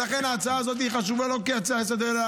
לכן ההצעה הזאת חשובה לא כהצעה לסדר-היום